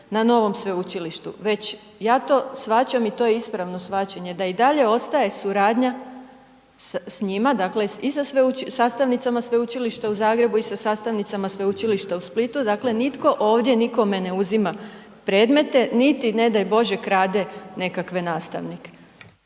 na novom sveučilištu već ja to shvaćam i to je ispravno shvaćanje, da i dalje ostaje suradnja s njima, dakle i sa sastavnicama Sveučilišta u Zagrebu i sa sastavnicama Sveučilišta u Splitu, dakle nitko ovdje nikome ne uzima predmete niti, ne daj Bože, krade nekakve nastavnike.